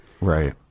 Right